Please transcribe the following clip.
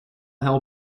hell